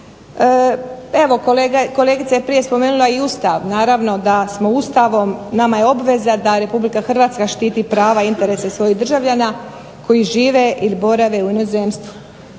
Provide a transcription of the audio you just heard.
Evo kolegica je prije spomenula i Ustav, naravno da smo i Ustavom nama je obveza da RH štiti interese i prava svojih državljana koji žive ili borave u inozemstvu.